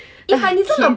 !hais!